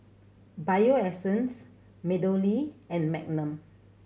Bio Essence MeadowLea and Magnum